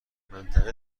منطقه